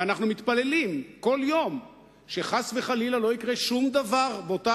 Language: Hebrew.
ואנחנו מתפללים כל יום שחס וחלילה לא יקרה שום דבר באותה